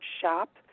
shop